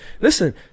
Listen